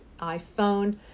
iPhone